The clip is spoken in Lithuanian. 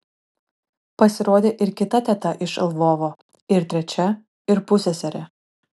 pasirodė ir kita teta iš lvovo ir trečia ir pusseserė